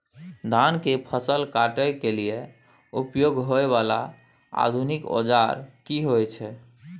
धान के फसल काटय के लिए उपयोग होय वाला आधुनिक औजार की होय छै?